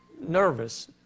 nervous